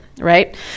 Right